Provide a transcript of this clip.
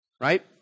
right